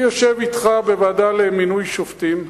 אני יושב אתך בוועדה למינוי שופטים,